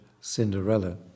Cinderella